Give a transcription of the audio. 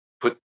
put